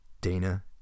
Dana